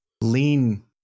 lean